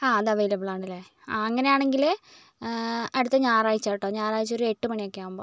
ആ അത് അവൈലബിൾ ആണല്ലേ ആ അങ്ങനെയാണെങ്കില് അടുത്ത ഞായറാഴ്ച്ച കേട്ടോ ഞായറാഴ്ച്ച ഒരു എട്ട് മണിയൊക്കെ ആകുമ്പോൾ